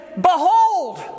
Behold